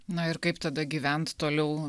na ir kaip tada gyvent toliau